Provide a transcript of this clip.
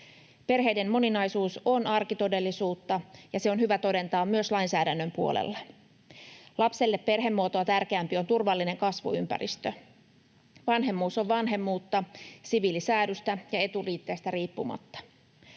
Perheiden moninaisuus on arkitodellisuutta, ja se on hyvä todentaa myös lainsäädännön puolella. Lapselle perhemuotoa tärkeämpi on turvallinen kasvuympäristö. Vanhemmuus on vanhemmuutta siviilisäädystä ja etuliitteestä riippumatta.